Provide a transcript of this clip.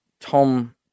Tom